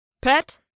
pet